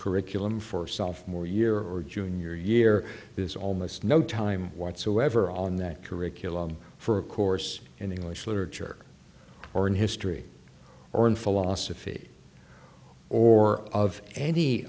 curriculum for self more year or junior year there's almost no time whatsoever on that curriculum for a course in english literature or in history or in philosophy or of any